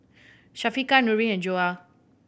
Syafiqah Nurin and Joyah